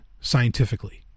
scientifically